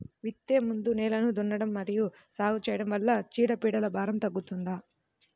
విత్తే ముందు నేలను దున్నడం మరియు సాగు చేయడం వల్ల చీడపీడల భారం తగ్గుతుందా?